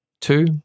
two